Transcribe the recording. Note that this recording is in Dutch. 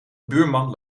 buurman